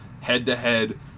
head-to-head